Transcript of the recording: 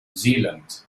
zealand